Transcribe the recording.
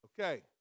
Okay